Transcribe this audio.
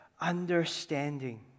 understanding